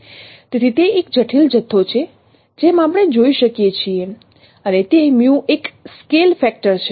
તેથી તે એક જટિલ જથ્થો છે જેમ આપણે જોઈ શકીએ છીએ અને તે એક સ્કેલ ફેક્ટર છે